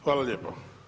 Hvala lijepo.